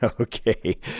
Okay